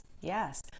Yes